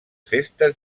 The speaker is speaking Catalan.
festes